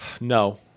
No